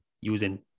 using